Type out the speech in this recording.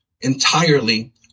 entirely